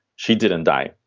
she didn't die,